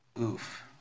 Oof